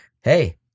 hey-